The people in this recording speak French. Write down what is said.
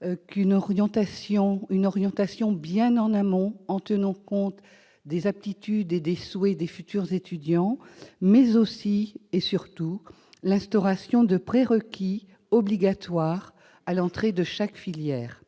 la mise en place d'une orientation bien en amont, qui tienne compte des aptitudes et des souhaits des futurs étudiants, mais aussi et surtout l'instauration de prérequis obligatoires à l'entrée de chaque filière.